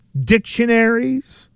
dictionaries